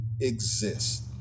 exist